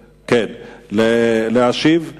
חברת הכנסת יחימוביץ,